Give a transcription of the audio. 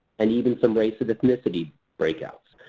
and even some race and ethnicity breakouts.